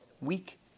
weak